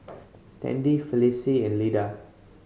Tandy Felicie and Lida